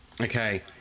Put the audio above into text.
Okay